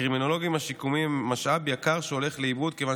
הקרימינולוגים השיקומיים הם משאב יקר שהולך לאיבוד כיוון